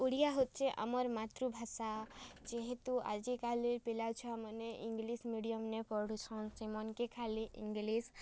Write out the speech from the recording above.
ଓଡ଼ିଆ ହେଉଛେ ଆମର୍ ମାତୃଭାଷା ଯେହେତୁ ଆଜିକାଲି ପିଲା ଛୁଆ ମାନେ ଇଂଗ୍ଲିଶ୍ ମିଡ଼ିଅମ୍ନେ ପଢୁଛନ୍ ସେମାନ୍କେ ଖାଲି ଇଂଗ୍ଲିଶ୍